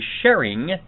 sharing